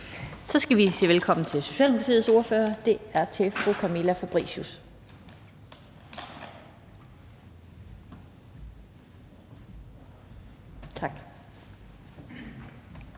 Så skal vi sige velkommen til Socialdemokratiets ordfører, og det er fru Camilla Fabricius.